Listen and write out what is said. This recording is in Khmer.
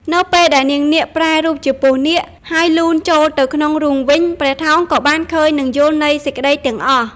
នៅពេលដែលនាងនាគប្រែរូបជាពស់នាគ ហើយលូនចូលទៅក្នុងរូងវិញ ព្រះថោងក៏បានឃើញនិងយល់ន័យសេចក្តីទាំងអស់។